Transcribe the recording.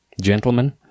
gentlemen